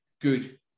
good